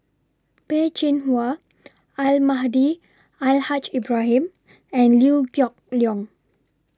Peh Chin Hua Almahdi Al Haj Ibrahim and Liew Geok Leong